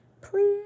Please